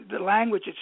language